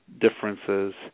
differences